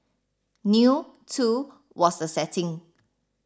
new too was the setting